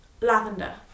lavender